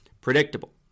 Predictable